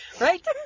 Right